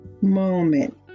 moment